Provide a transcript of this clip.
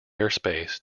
airspace